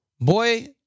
Boy